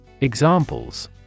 Examples